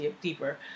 deeper